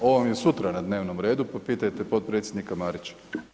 Ovo vam je sutra na dnevnom redu, pa pitajte potpredsjednika Marića.